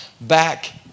back